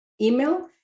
email